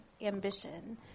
ambition